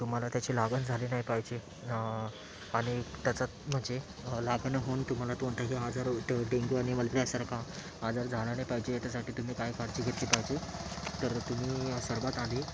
तुम्हाला त्याची लागण झाली नाही पाहिजे आणि त्याचा म्हणजे लागण होऊन तुम्हाला कोणताही आजार डेंग डेंगू आणि मलेरियासारखा आजार झाला नाही पाहिजे याच्यासाठी तुम्ही काय काळजी घेतली पाहिजे तर तुम्ही सर्वात आधी